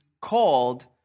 called